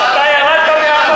אתה ירדת מהפסים.